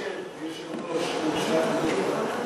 מתחשב ביושב-ראש,